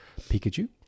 Pikachu